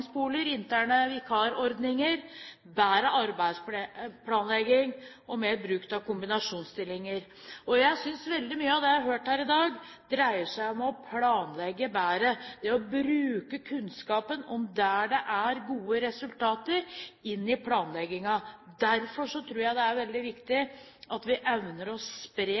interne vikarordninger, bedre arbeidsplanlegging og mer bruk av kombinasjonsstillinger. Jeg synes veldig mye av det jeg har hørt her i dag, dreier seg om å planlegge bedre, det å bruke kunnskapen om der det er gode resultater i planleggingen. Derfor tror jeg det er veldig viktig at vi evner å spre